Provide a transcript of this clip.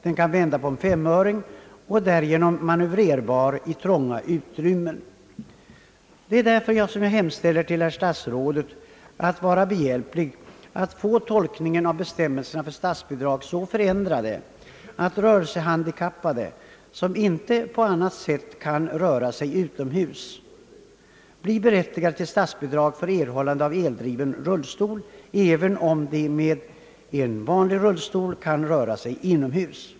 Den kan vända »på en femöring» och är därigenom manövrerbar i trånga utrymmen. Det är därför jag hemställer till herr statsrådet att vara behjälplig för att tolkningen av bestämmelserna för statsbidrag blir så förändrade, att rörelsehandikappade som inte på annat sätt kan röra sig utomhus blir berättigade till statsbidrag för eldriven rullstol även om de i en vanlig rullstol kan röra sig inomhus.